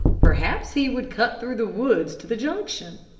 perhaps he would cut through the woods to the junction,